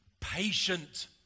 patient